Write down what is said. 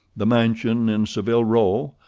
the mansion in saville row,